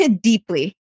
deeply